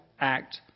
act